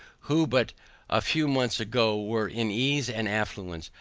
who but a few months ago were in ease and affluence,